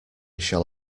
shall